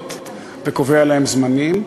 בשורות וקובע להם זמנים.